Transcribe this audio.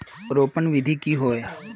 रोपण विधि की होय?